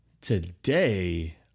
Today